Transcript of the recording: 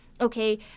Okay